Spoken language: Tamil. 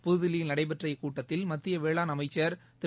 புதுதில்லியில் நடைபெற்ற இக்கூட்டத்தில் மத்திய வேளாண் துறை அமைச்சர் திரு